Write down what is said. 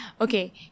okay